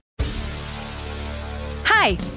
Hi